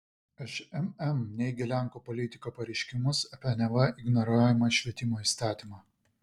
šmm neigia lenkų politiko pareiškimus apie neva ignoruojamą švietimo įstatymą